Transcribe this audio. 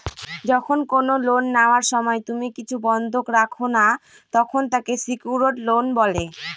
যখন কোনো লোন নেওয়ার সময় তুমি কিছু বন্ধক রাখো না, তখন তাকে সেক্যুরড লোন বলে